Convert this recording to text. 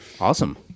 Awesome